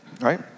right